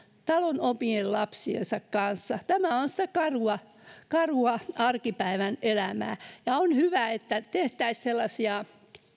talon omien lapsien kanssa tämä on sitä karua arkipäivän elämää olisi hyvä että tehtäisiin sellaisia